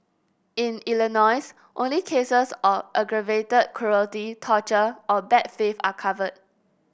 in Illinois only cases of aggravated cruelty torture or bad faith are covered